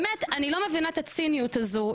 באמת אני לא מבינה את הציניות הזו,